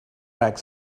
back